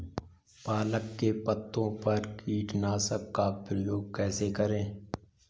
पालक के पत्तों पर कीटनाशक का प्रयोग कैसे करें?